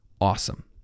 awesome